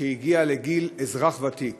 שהגיע לגיל אזרח ותיק